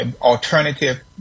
alternative